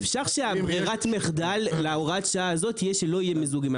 אפשר שברירת המחדל להוראת השעה הזאת שלא יהיו מיזוגים,